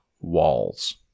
Walls